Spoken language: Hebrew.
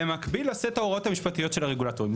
במקביל לסט ההוראות המשפטיות של הרגולטורים.